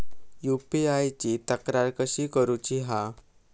UPI ची तक्रार कशी करुची हा?